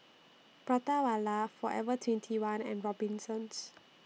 Prata Wala Forever twenty one and Robinsons